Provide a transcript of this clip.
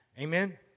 Amen